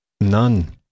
None